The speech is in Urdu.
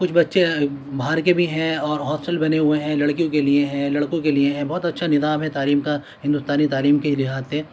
کچھ بچے باہر کے بھی ہیں اور ہاسٹل بنے ہوئے ہیں لڑکیوں کے لیے ہیں لڑکوں کے لیے ہیں بہت اچھا نظام ہے تعلیم کا ہندوستانی تعلیم کے لحاظ سے